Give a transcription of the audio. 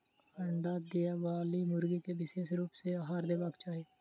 अंडा देबयबाली मुर्गी के विशेष रूप सॅ आहार देबाक चाही